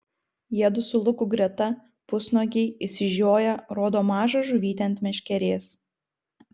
jiedu su luku greta pusnuogiai išsižioję rodo mažą žuvytę ant meškerės